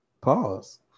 Pause